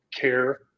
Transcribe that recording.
care